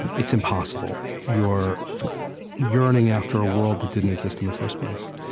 it's impossible. you're yearning after a world that didn't exist in the first place.